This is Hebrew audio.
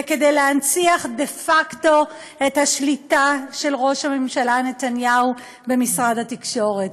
זה כדי להנציח דה-פקטו את השליטה של ראש הממשלה נתניהו במשרד התקשורת.